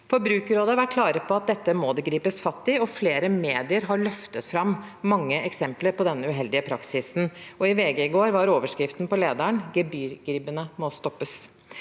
Forbrukerrådet har vært klare på at dette må det gripes fatt i, og flere medier har løftet fram mange eksempler på denne uheldige praksisen. I VG i går var overskriften på VG Leder «Gebyrgribbene må stoppes».